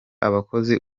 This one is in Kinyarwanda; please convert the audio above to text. abakozi